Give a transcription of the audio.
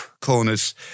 corners